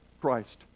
Christ